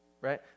right